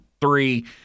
three